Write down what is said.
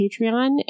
Patreon